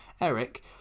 Eric